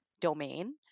domain